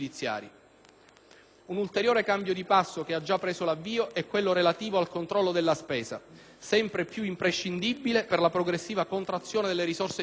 Un ulteriore cambio di passo, che ha già preso l'avvio, è quello relativo al controllo della spesa, sempre più imprescindibile per la progressiva contrazione delle risorse disponibili.